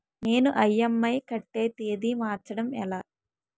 నేను ఇ.ఎం.ఐ కట్టే తేదీ మార్చడం ఎలా?